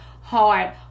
hard